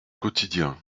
quotidien